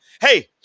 Hey